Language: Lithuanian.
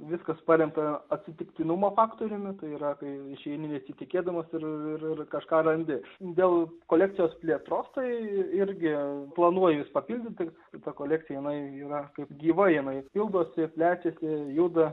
viskas paremta atsitiktinumo faktoriumi tai yra kai išeini nesitikėdamas ir kažką randi dėl kolekcijos plėtros tai irgi planuoju juos papildyti šita kolekcija jinai yra kaip gyva jinai pildosi plečiasi juda